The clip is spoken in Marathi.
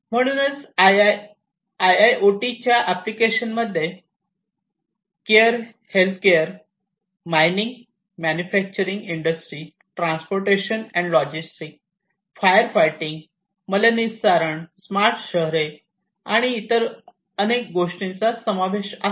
म्हणूनच आयआयओटीच्या एप्लिकेशन्स मध्ये care healthcare mining manufacturing industry transportation and logistic fire fighting मलनिसारण स्मार्ट शहरे आणि इतर अनेक गोष्टींचा समावेश आहे